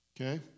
Okay